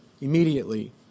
immediately